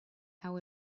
how